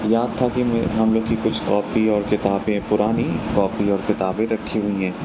یاد تھا کہ میں ہم لوگوں کی کچھ کاپی اور کتابیں پرانی کاپی اور کتابیں رکھی ہوئی ہیں